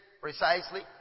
precisely